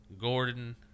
Gordon